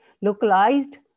localized